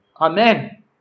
Amen